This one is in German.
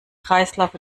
kreislauf